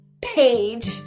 page